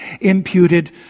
imputed